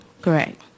Correct